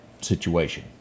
situation